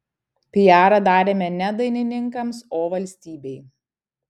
piarą darėme ne dainininkams o valstybei